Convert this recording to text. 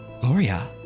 Gloria